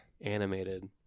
animated